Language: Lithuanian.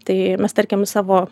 tai mes tarkim savo